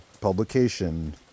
publication